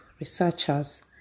researchers